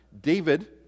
David